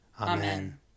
Amen